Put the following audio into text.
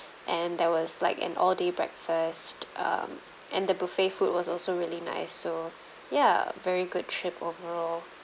and there was like an all day breakfast um and the buffet food was also really nice so ya very good trip overall